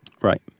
Right